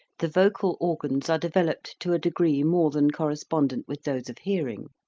the vocal organs are developed to a degree more than correspondent with those of hearing,